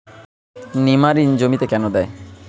নিমারিন জমিতে কেন দেয়?